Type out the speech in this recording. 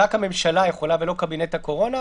רק הממשלה יכולה ולא קבינט הקורונה.